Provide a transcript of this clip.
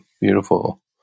beautiful